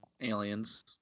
aliens